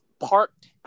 parked